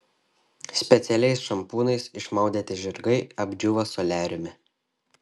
specialiais šampūnais išmaudyti žirgai apdžiūva soliariume